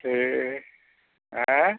ठीक एँ